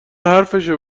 حرفشو